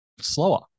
slower